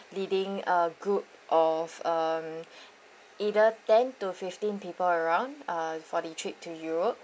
leading a group of um either ten to fifteen people around uh for the trip to europe